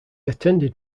attended